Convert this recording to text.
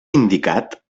indicat